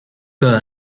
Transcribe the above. que